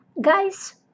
guys